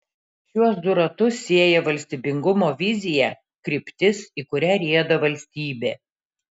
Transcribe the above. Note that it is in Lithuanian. šiuos du ratus sieja valstybingumo vizija kryptis į kurią rieda valstybė